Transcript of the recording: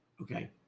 Okay